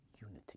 Unity